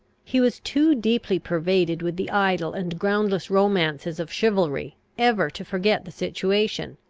he was too deeply pervaded with the idle and groundless romances of chivalry, ever to forget the situation,